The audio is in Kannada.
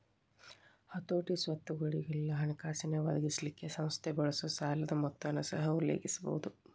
ಹತೋಟಿ, ಸ್ವತ್ತುಗೊಳಿಗೆಲ್ಲಾ ಹಣಕಾಸಿನ್ ಒದಗಿಸಲಿಕ್ಕೆ ಸಂಸ್ಥೆ ಬಳಸೊ ಸಾಲದ್ ಮೊತ್ತನ ಸಹ ಉಲ್ಲೇಖಿಸಬಹುದು